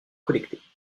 collectées